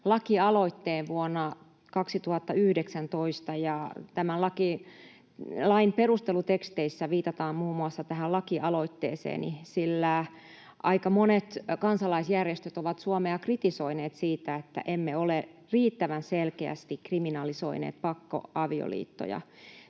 lakialoitteen vuonna 2019 — ja tämän lain perusteluteksteissä viitataan muun muassa tähän lakialoitteeseeni — sillä aika monet kansalaisjärjestöt ovat Suomea kritisoineet siitä, että emme ole riittävän selkeästi kriminalisoineet pakkoavioliittoja.